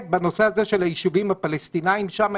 בנושא הזה של היישובים הפלסטינים שם,